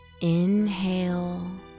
Inhale